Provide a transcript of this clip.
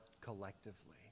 collectively